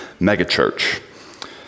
megachurch